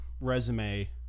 resume